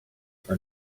earn